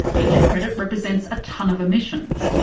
each credit represents a tonne of emissions,